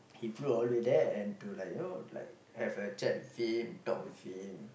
he flew all to there and to like you know like have a chat with him talk with him